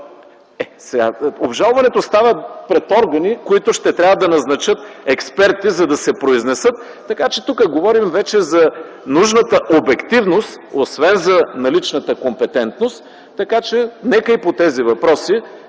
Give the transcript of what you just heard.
Обжалването става пред органи, които ще трябва да назначат експерти, за да се произнесат. Тук говорим за нужната обективност, освен за наличната компетентност. Нека и по тези въпроси